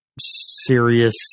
serious